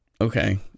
okay